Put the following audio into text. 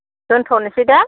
दोन्थ'नोसै दे